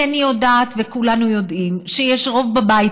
כי אני יודעת וכולנו יודעים שיש רוב בבית